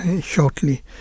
shortly